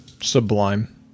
Sublime